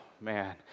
man